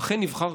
אכן, נבחרת.